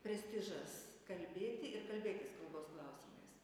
prestižas kalbėti ir kalbėtis kalbos klausimais